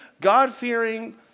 God-fearing